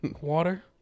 water